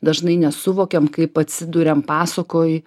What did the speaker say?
dažnai nesuvokiam kaip atsiduriam pasakoj